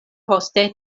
poste